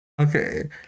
Okay